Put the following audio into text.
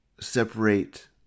separate